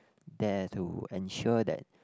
there to ensure that